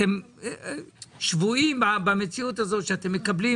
אתם שבויים במציאות הזאת שאתם מקבלים